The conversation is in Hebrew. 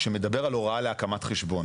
שמדבר על הוראה להקמת חשבון.